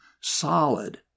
solid